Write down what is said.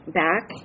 back